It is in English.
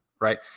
right